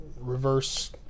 reverse